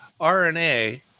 RNA